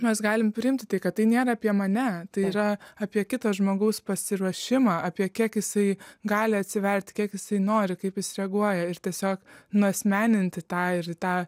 mes galim priimti kad tai nėra apie mane tai yra apie kito žmogaus pasiruošimą apie kiek jisai gali atsiverti kiek jisai nori kaip jis reaguoja ir tiesiog nuasmeninti tą ir tą